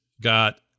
got